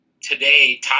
Today